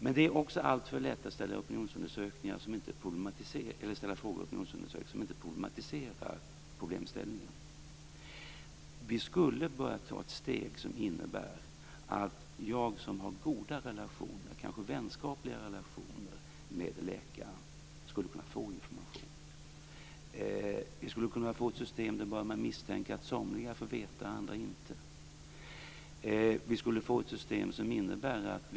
Men det är också alltför lätt att ställa frågor i opinionsundersökningar som inte problematiserar problemställningen. Vi skulle börja ta ett steg som innebär att jag som har goda relationer, kanske vänskapliga relationer, med läkaren skulle kunna få information. Vi skulle kunna få ett system där man börjar misstänka att somliga får veta och andra inte.